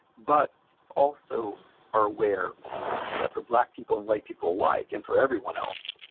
but also are aware that for black people and white people alike, and for everyone else,